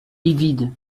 livide